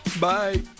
Bye